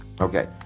Okay